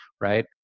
right